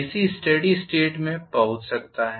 ACस्टेडी state में पहुंच सकता है